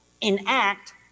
enact